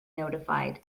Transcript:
notified